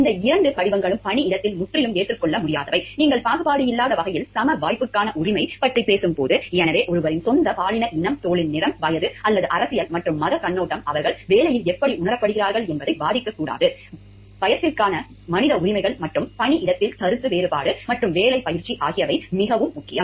இந்த இரண்டு படிவங்களும் பணியிடத்தில் முற்றிலும் ஏற்றுக்கொள்ள முடியாதவை நீங்கள் பாகுபாடு இல்லாத வகையில் சம வாய்ப்புக்கான உரிமை பற்றி பேசும்போது எனவே ஒருவரின் சொந்த பாலின இனம் தோலின் நிறம் வயது அல்லது அரசியல் மற்றும் மதக் கண்ணோட்டம் அவர்கள் வேலையில் எப்படி உணரப்படுகிறார்கள் என்பதைப் பாதிக்கக்கூடாது பயத்திற்கான மனித உரிமைகள் மற்றும் பணியிடத்தில் கருத்து வேறுபாடு மற்றும் வேலைப் பயிற்சி ஆகியவை மிகவும் முக்கியம்